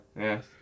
Yes